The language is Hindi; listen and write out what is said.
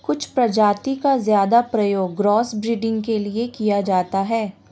कुछ प्रजाति का ज्यादा प्रयोग क्रॉस ब्रीडिंग के लिए किया जाता है